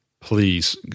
please